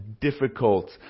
difficult